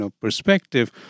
perspective